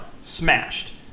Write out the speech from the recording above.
smashed